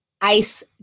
Ice